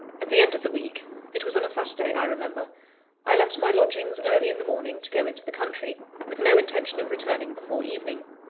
at the end of the week it was on a saturday, i remember i left my lodgings early in the morning, to go into the country with no intention of returning before evening.